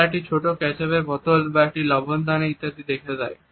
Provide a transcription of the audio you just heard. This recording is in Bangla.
তারা একটি ছোট কেচাপের বোতল বা একটি লবণদানি ইত্যাদি রেখে দেয়